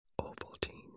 Ovaltine